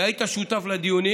והיית שותף לדיונים,